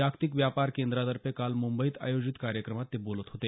जागतिक व्यापार केंद्रातर्फे काल मुंबईत आयोजित कार्यक्रमात ते बोलत होते